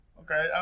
okay